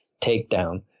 takedown